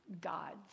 gods